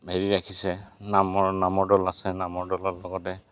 হেৰি ৰাখিছে নামৰ নামৰ দল আছে নামৰ দলৰ লগতে